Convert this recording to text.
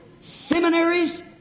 seminaries